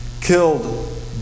killed